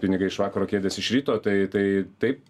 pinigai iš vakaro kėkės iš ryto tai tai taip